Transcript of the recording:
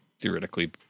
theoretically